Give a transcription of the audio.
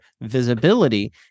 visibility